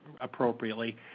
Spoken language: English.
appropriately